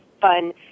fun